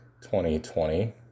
2020